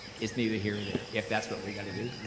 it's neither here or there. if that's what we gotta do,